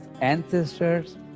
ancestors